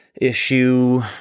issue